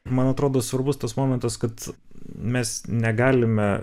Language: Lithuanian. man atrodo svarbus tas momentas kad mes negalime